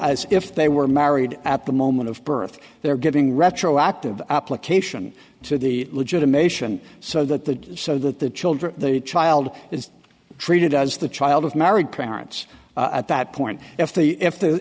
as if they were married at the moment of birth they are giving retroactive application to the legitimation so that the so that the children the child is treated as the child of married parents at that point if the if the